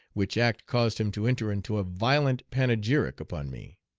which act caused him to enter into a violent panegyric upon me.